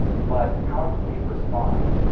but how do we respond?